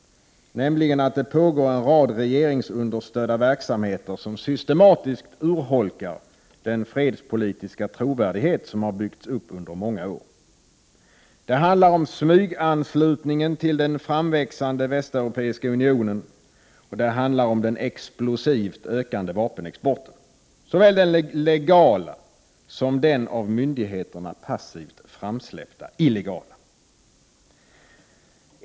Det pågår nämligen en rad regeringsunderstödda verksamheter som systematiskt urholkar den fredspolitiska trovärdighet som byggts upp under många år. Det handlar om smyganslutningen till den framväxande västeuropeiska unionen, det handlar om den explosivt ökande vapenexporten, såväl den legala som den av myndigheterna passivt framsläppta illegala.